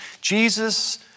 Jesus